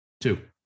Two